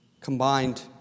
combined